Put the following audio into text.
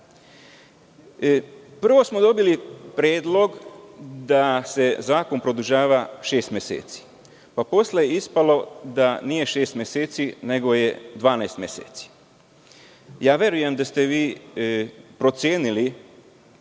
smo dobili predlog da se zakon produžava šest meseci, pa je posle ispalo da nije šest meseci, nego je 12 meseci. Verujem da ste vi procenili